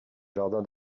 jardin